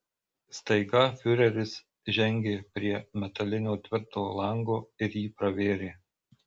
staiga fiureris žengė prie metalinio tvirto lango ir jį pravėrė